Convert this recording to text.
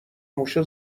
موشه